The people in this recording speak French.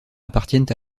appartiennent